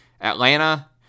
Atlanta